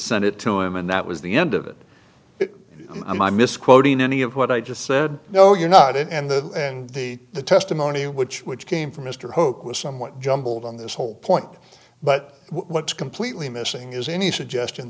sent it to him and that was the end of it i'm misquoting any of what i just said no you're not it and that and the testimony which which came from mr hope was somewhat jumbled on this whole point but what's completely missing is any suggestion